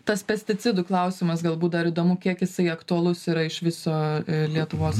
tas pesticidų klausimas galbūt dar įdomu kiek jisai aktualus yra iš viso lietuvos